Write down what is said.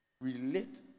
Relate